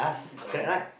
correct